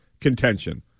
contention